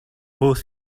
both